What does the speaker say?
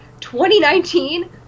2019